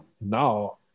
Now